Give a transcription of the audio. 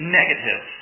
negative